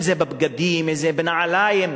אם בבגדים ואם בנעליים.